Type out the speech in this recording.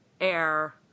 air